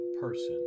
person